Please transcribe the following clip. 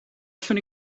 allwn